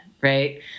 right